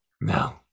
No